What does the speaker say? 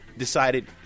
Decided